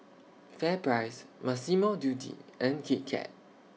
FairPrice Massimo Dutti and Kit Kat